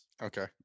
Okay